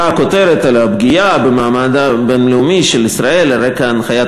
הכותרת דיברה על הפגיעה במעמד הבין-לאומי של ישראל על רקע הנחיית